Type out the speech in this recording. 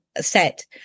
set